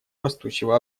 растущего